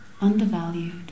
undervalued